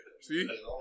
See